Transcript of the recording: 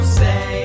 say